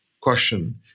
question